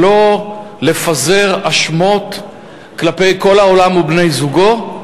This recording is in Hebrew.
ולא לפזר האשמות כלפי כל העולם ובני-זוגו,